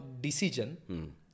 decision